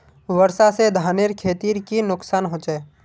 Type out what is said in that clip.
वर्षा से धानेर खेतीर की नुकसान होचे?